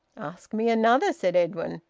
ask me another! said edwin.